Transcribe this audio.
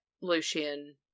Lucian